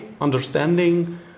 understanding